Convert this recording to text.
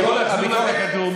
אני יכול להחזיר לו את הכדור.